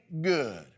good